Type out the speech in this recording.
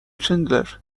چندلر